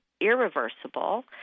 irreversible